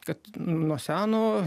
kad nuo seno